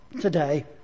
today